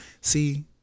See